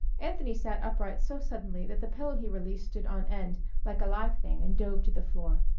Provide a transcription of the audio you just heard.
anthony sat upright so suddenly that the pillow he released stood on end like a live thing and dove to the floor.